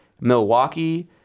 Milwaukee